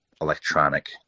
electronic